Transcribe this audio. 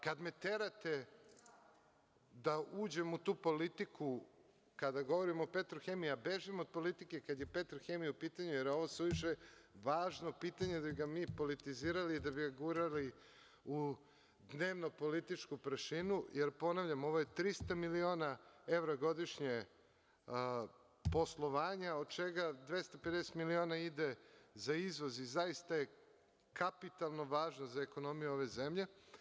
Kad me terate da uđem u tu politiku kada govorim o „Petrohemiji“, ja bežim od politike kad je „Petrohemija“ u pitanju, jer je ovo suviše važno pitanje da bi ga mi politizirali i da bi ga gurali u dnevno-političku prašinu, jer, ponavljam, ovo je 300 miliona evra godišnje poslovanja od čega 250 miliona ide za izvoz i zaista je kapitalno važno za ekonomiju ove zemlje.